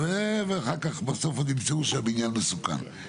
ואחר כך בסוף עוד ימצאו שם עניין מסוכן,